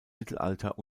mittelalter